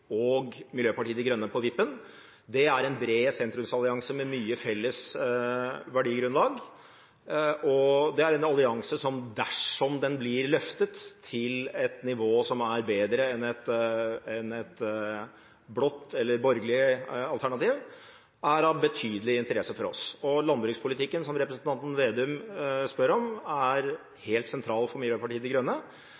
og Miljøpartiet De Grønne på vippen. Det er en bred sentrumsallianse med mye felles verdigrunnlag, og det er en allianse som – dersom den blir løftet til et nivå som er bedre enn et blått eller borgerlig alternativ – er av betydelig interesse for oss. Og landbrukspolitikken, som representanten Slagsvold Vedum spør om, er